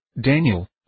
Daniel